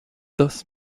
thus